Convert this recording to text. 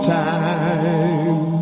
time